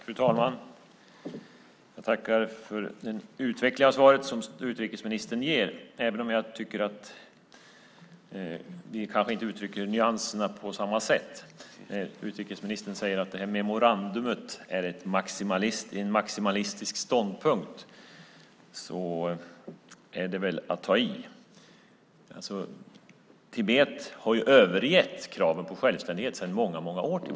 Fru talman! Jag tackar för den utveckling av svaret som utrikesministern ger, även om jag kanske inte tycker att vi uttrycker nyanserna på samma sätt. Utrikesministern säger att memorandumet är en maximalistisk ståndpunkt. Det är väl att ta i. Tibet har ju övergett kravet på självständighet sedan många många år.